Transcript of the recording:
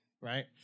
right